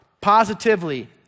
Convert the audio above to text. positively